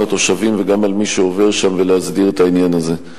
התושבים וגם על מי שעובר שם ולהסדיר את העניין הזה.